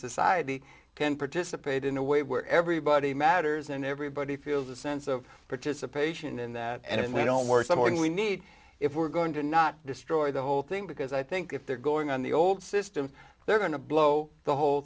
society can participate in a way where everybody matters and everybody feels a sense of participation in that and if we don't work some more than we need if we're going to not destroy the whole thing because i think if they're going on the old system they're going to blow the whole